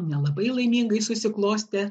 nelabai laimingai susiklostė